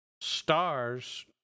stars